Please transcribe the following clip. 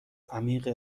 عمیق